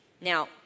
Now